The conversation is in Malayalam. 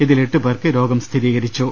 ഇതിൽ എട്ട് പേർക്ക് രോഗം സ്ഥിരീകരിച്ചു